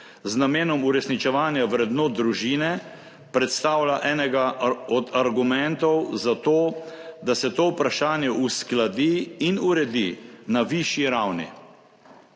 z namenom uresničevanja vrednot družine, predstavlja enega od argumentov za to, da se to vprašanje uskladi in uredi na višji ravni.